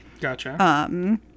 Gotcha